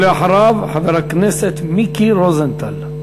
ולאחריו, חבר הכנסת מיקי רוזנטל.